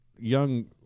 young